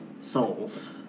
souls